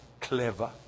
clever